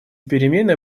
перемены